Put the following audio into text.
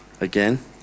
again